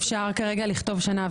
אפשר כרגע לכתוב שנה,